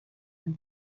and